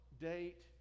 date